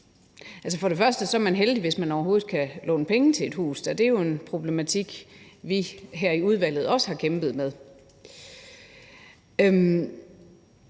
for det første er man heldig, hvis man overhovedet kan låne penge til et hus der. Det er jo en problematik, vi her i udvalget også har kæmpet med.